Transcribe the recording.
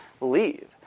leave